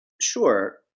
sure